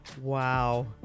Wow